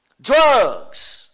Drugs